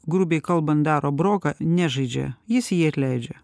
grubiai kalbant daro broką nežaidžia jis jį atleidžia